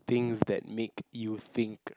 things that make you think